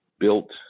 built